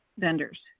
vendors